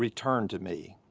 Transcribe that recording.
return to me.